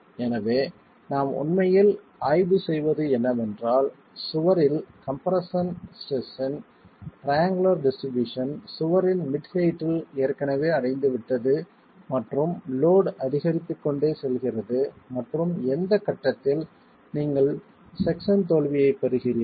எனவே நாம் உண்மையில் ஆய்வு செய்வது என்னவென்றால் சுவரில் கம்ப்ரெஸ்ஸன் ஸ்ட்ரெஸ்ஸின் டிரியங்குளர் டிஸ்ட்ரிபியூஷன் சுவரின் மிட் ஹெயிட்டில் ஏற்கனவே அடைந்துவிட்டது மற்றும் லோட் அதிகரித்துக்கொண்டே செல்கிறது மற்றும் எந்த கட்டத்தில் நீங்கள் செக்சன் தோல்வியை பெறுகிறீர்கள்